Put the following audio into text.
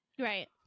Right